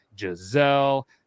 Giselle